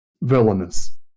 villainous